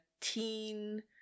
teen